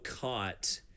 caught